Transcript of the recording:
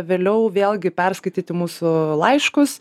vėliau vėlgi perskaityti mūsų laiškus